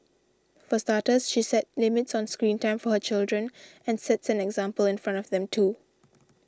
for starters she set limits on screen time for her children and sets an example in front of them too